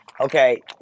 okay